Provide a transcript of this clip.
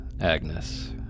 Agnes